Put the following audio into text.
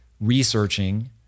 researching